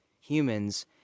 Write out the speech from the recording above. humans